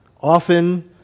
Often